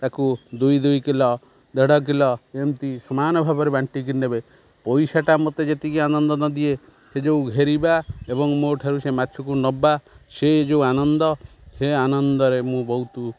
ତାକୁ ଦୁଇ ଦୁଇ କିଲୋ ଦେଢ଼ କିଲୋ ଏମିତି ସମାନ ଭାବରେ ବାଣ୍ଟିକି ନେବେ ପଇସାଟା ମୋତେ ଯେତିକି ଆନନ୍ଦ ନଦିଏ ସେ ଯେଉଁ ଘେରିବା ଏବଂ ମୋ ଠାରୁ ସେ ମାଛକୁ ନେବା ସେ ଯେଉଁ ଆନନ୍ଦ ସେ ଆନନ୍ଦରେ ମୁଁ ବହୁତ